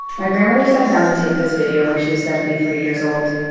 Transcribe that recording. my grandmother sat down to tape this video when she was seventy-three years old,